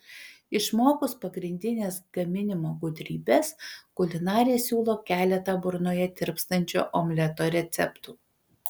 išmokus pagrindines gaminimo gudrybes kulinarė siūlo keletą burnoje tirpstančio omleto receptų